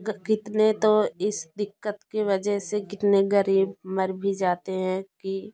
कितने तो इस दिक्कत की वजह से कितने गरीब मर भी जाते हैं कि